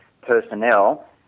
personnel